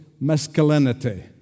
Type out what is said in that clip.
masculinity